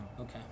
Okay